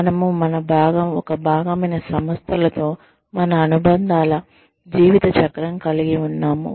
మనము ఒక భాగమైన సంస్థలతో మన అనుబంధాల జీవిత చక్రం కలిగి ఉన్నాము